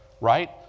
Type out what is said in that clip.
right